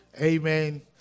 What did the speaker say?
Amen